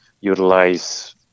utilize